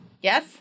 Yes